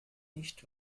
nicht